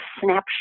snapshot